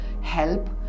help